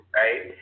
right